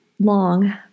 long